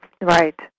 Right